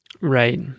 Right